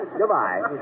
Goodbye